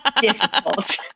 difficult